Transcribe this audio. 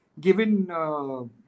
given